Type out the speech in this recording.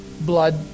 blood